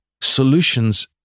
solutions